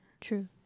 True